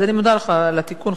אז אני מודה לך על התיקון,